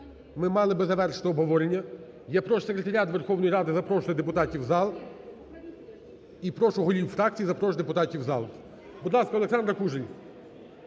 ми мали би завершити обговорення. Я прошу секретаріат Верховної Ради запрошувати депутатів у зал і прошу голів фракцій запрошувати депутатів у зал. Будь ласка, Олександра Кужель.